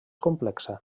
complexa